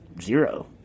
zero